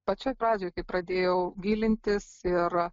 pačioj pradžioj kai pradėjau gilintis ir